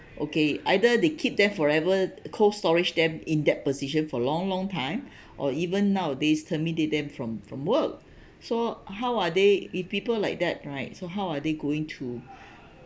okay either they keep them forever cold storage them in that position for long long time or even nowadays terminate them from from work so how are they if people like that right so how are they going to